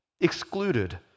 excluded